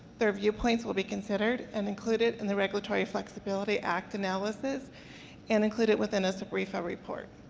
their viewpoints will be considered and included in the regulatory flexibility act analysis and included within a sbrefa report.